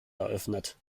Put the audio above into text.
eröffnet